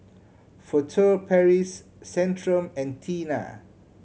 Furtere Paris Centrum and Tena